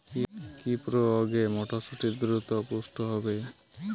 কি প্রয়োগে মটরসুটি দ্রুত পুষ্ট হবে?